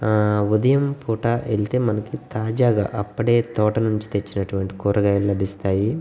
ఉదయం పూట వెళ్తే మనకి తాజాగా అప్పుడే తోట నుంచి తెచ్చినటువంటి కూరగాయలు లభిస్తాయి